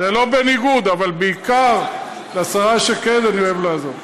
זה לא בניגוד, אבל בעיקר לשרה שקד אני אוהב לעזור.